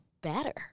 better